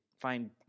find